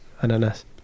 ananas